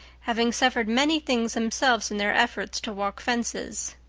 having suffered many things themselves in their efforts to walk fences.